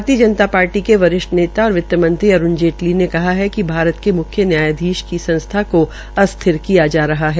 भारतीय जनता पार्टी के वरिष्ठ नेता और वितमंत्री अरूण जेटली ने कहा है कि भारत के म्ख्य न्यायधीश की संस्था सीजेआई को अस्थिर किया जा रहा है